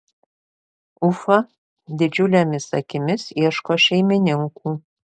ufa didžiulėmis akimis ieško šeimininkų